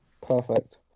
Perfect